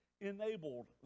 enabled